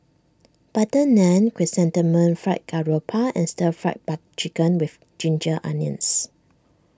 Butter Naan Chrysanthemum Fried Garoupa and Stir Fry Chicken with Ginger Onions